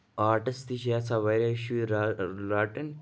arts تہ چھِ یَژھان واریاہ شُرۍ رَٹٕنۍ